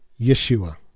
Yeshua